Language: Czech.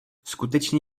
skutečně